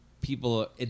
people